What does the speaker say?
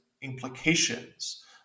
implications